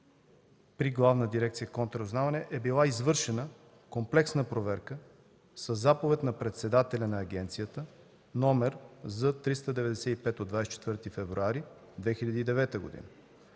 при Главна дирекция „Контраразузнаване“ е била извършена комплексна проверка със заповед на председателя на Агенцията –№ З-395 от 24 февруари 2009 г.